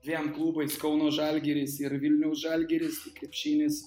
dviem klubais kauno žalgiris ir vilniaus žalgiris krepšinis